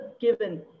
given